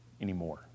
Anymore